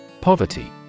POVERTY